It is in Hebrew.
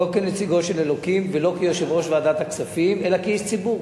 לא כנציגו של אלוקים ולא כיושב-ראש ועדת הכספים אלא כאיש ציבור.